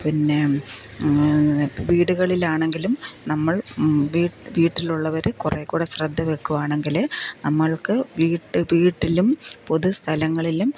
പിന്നെ വീടുകളിലാണെങ്കിലും നമ്മൾ വീട്ടിലുള്ളവര് കുറെക്കൂടെ ശ്രദ്ധ വെക്കുവായാണെങ്കില് നമ്മൾക്ക് വീട്ടിലും പൊതുസ്ഥലങ്ങളിലും